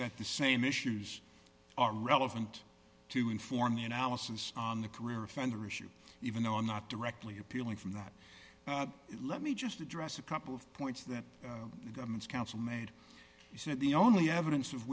that the same issues are relevant to inform the analysis on the career offender issue even though i'm not directly appealing from that let me just address a couple of points that the government's counsel made he said the only evidence of